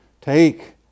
Take